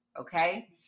Okay